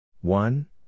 One